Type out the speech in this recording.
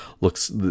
looks